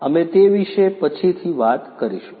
અમે તે વિશે પછીથી વાત કરીશું